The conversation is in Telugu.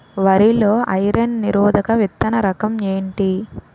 వరి లో ఐరన్ నిరోధక విత్తన రకం ఏంటి?